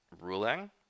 ruling